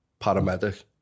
paramedic